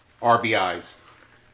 RBIs